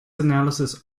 analysis